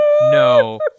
no